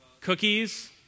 Cookies